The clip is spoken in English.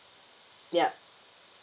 yup